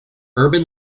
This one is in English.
urban